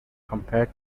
compared